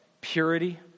purity